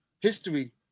history